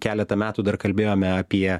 keletą metų dar kalbėjome apie